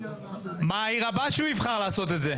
מה העיר הבאה שהוא יבחר לעשות את זה?